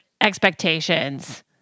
expectations